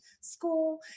school